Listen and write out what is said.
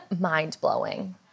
mind-blowing